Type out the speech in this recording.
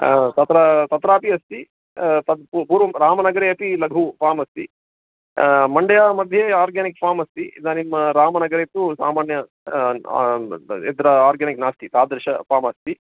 तत्र तत्रापि अस्ति तद् पूर्वं पूर्वं रामनगरे अपि लघु फ़ाम् अस्ति मण्डया मध्ये आर्गेनिक् फ़ाम् अस्ति इदानीं रामनगरे तु सामान्यं यद् आर्गेनिक् नास्ति तादृशं फ़ाम् अस्ति